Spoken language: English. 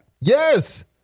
Yes